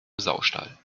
saustall